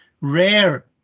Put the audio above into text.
rare